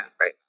right